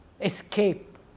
escape